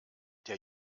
der